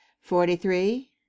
Forty-three